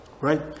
Right